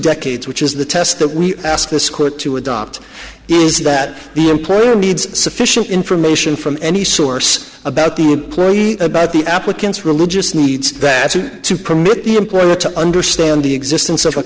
decades which is the test that we ask this court to adopt is that the employer needs sufficient information from any source about the would clearly about the applicant's religious needs that to permit the employer to understand the existence of a